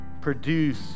Produce